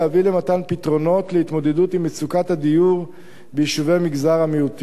למתן פתרונות להתמודדות עם מצוקת הדיור ביישובי מגזר המיעוטים.